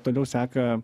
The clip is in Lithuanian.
toliau seka